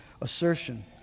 assertion